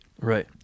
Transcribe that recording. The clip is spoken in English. Right